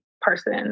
person